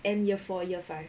end year four year five